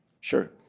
Sure